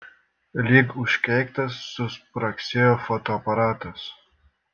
lyg užkeiktas suspragsėjo fotoaparatas